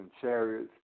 chariots